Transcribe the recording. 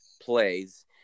plays